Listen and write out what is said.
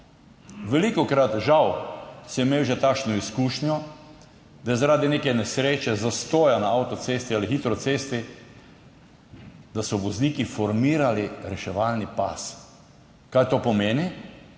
Velikokrat sem žal imel že takšno izkušnjo, da so zaradi neke nesreče, zastoja na avtocesti ali hitri cesti, vozniki formirali reševalni pas. Kaj to pomeni?